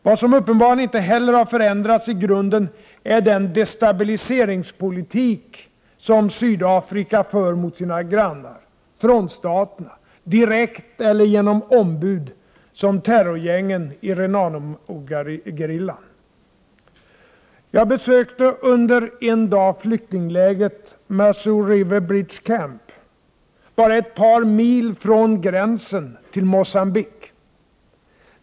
Vad som uppenbarligen inte heller har förändrats i grunden är den destabiliseringspolitik som Sydafrika för mot sina grannar, frontstaterna — direkt, eller genom ombud som terrorgängen i Renamo-gerillan. Jag besökte under en dag flyktinglägret Mazoe River Bridge Camp, bara ett par mil från gränsen till Mogambique.